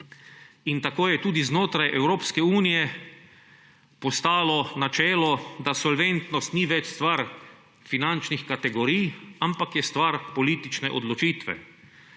In tako je tudi znotraj Evropske unije postalo načelo, da solventnost ni več stvar finančnih kategorij, ampak je stvar politične odločitve;